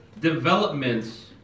Developments